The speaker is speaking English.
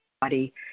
body